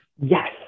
Yes